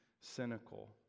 cynical